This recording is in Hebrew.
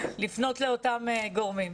לפנות לאותם גורמים.